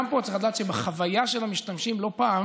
גם פה צריך לדעת שבחוויה של המשתמשים, לא פעם